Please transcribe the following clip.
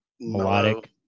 melodic